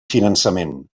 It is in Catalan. finançament